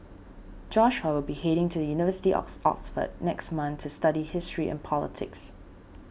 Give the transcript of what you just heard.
Joshua will be heading to the University of Oxford next month to study history and politics